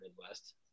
Midwest